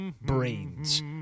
brains